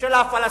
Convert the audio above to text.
של הפלסטינים,